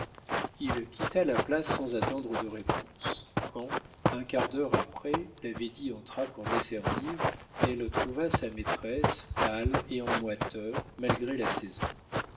il quitta la place sans attendre de réponse quand un quart d'heure après la védie entra pour desservir elle trouva sa maîtresse pâle et en moiteur malgré la saison